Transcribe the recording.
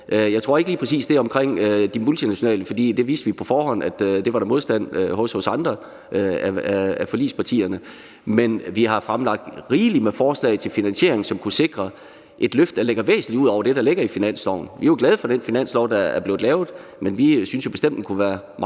Jeg tror ikke lige, det gør sig gældende vedrørende de multinationale, for vi vidste på forhånd, at der var modstand mod det hos andre af forligspartierne. Men vi har fremlagt rigeligt med forslag til finansiering, som kunne sikre et løft, der ligger væsentlig ud over det, der ligger i finansloven. Vi er glade for den finanslov, der er blevet lavet, men vi synes bestemt, den kunne være meget bedre.